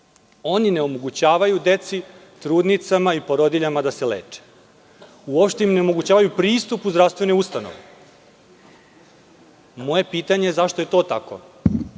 Oni ne omogućavaju deci, trudnicama i porodiljama da se leče. Uopšte im ne omogućava pristup u zdravstvene ustanove. Moje pitanje je – zašto je to tako?